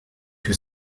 que